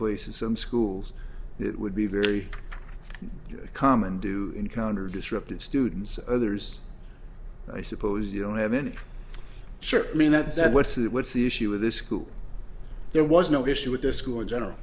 places some schools it would be very common do encounter disruptive students others i suppose you don't have any sure i mean that that's what's what's the issue with this school there was no issue with the school in general